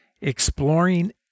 exploring